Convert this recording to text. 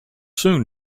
soon